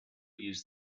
use